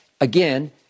again